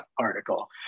article